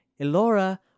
Elora